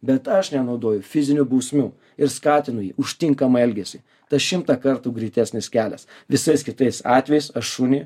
bet aš nenaudoju fizinių bausmių ir skatinu jį už tinkamą elgesį tas šimtą kartų greitesnis kelias visais kitais atvejais aš šunį